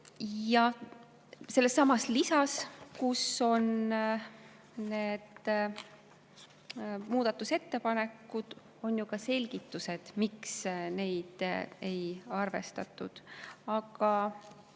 Ja sellessamas lisas, kus on muudatusettepanekud, on ka selgitused, miks neid ei arvestatud. Aga